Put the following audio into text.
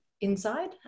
inside